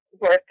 work